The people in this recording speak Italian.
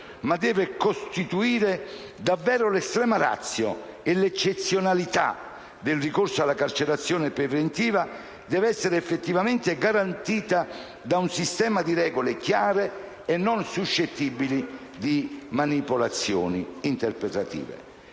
ma deve costituire davvero l'*extrema ratio* e l'eccezionalità del ricorso alla carcerazione preventiva dev'essere effettivamente garantita da un sistema di regole chiare e non suscettibili di manipolazioni interpretative.